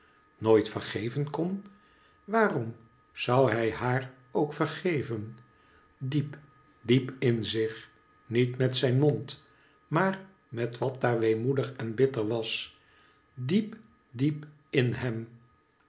nooit vergeven kon waarom zou hij haar ook vergeven diep diep in zich niet met zijn mond maar met wat daar weemoedig en bitter was diep diep in hem